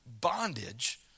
bondage